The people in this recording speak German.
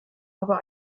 aber